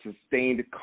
sustained